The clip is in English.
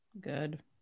Good